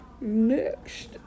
Next